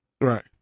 Right